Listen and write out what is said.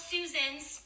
Susan's